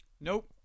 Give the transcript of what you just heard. Nope